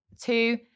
Two